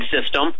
system